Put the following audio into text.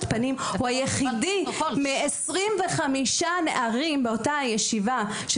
פנים הוא היחידי מ-25 נערים באותה ישיבה,